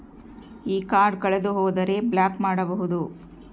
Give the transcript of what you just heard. ಈ ಕಾರ್ಡ್ ಕಳೆದು ಹೋದರೆ ಬ್ಲಾಕ್ ಮಾಡಬಹುದು?